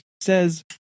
says